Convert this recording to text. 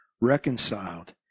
reconciled